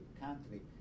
country